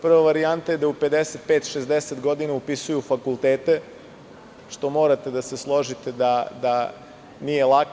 Prva varijanta je da u 55-60 godina upisuju fakultete, što morate da se složite da nije lako.